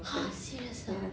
!huh! serious ah